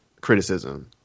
criticism